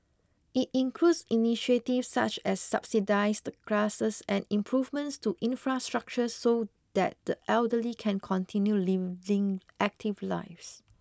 it includes initiatives such as subsidised classes and improvements to infrastructure so that the elderly can continue leading active lives